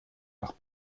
nach